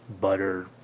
butter